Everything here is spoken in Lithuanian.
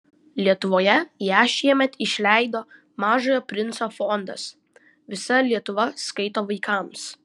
lietuvoje ją šiemet išleido mažojo princo fondas visa lietuva skaito vaikams